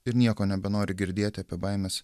ir nieko nebenori girdėti apie baimes